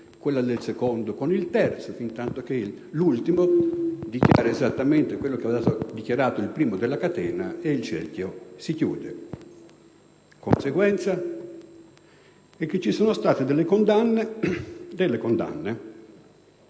quella del secondo con il terzo, fintantoché l'ultimo pentito dichiara esattamente quanto ha dichiarato il primo della catena ed il cerchio si chiude. La conseguenza è che ci sono state condanne